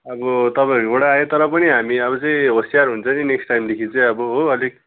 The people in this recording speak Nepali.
अब तपाईँहरूकोबाट आयो तर पनि हामी अब चाहिँ होशियार हुन्छ नि नेक्सट टाइमदेखि चाहिँ अब हो अलिक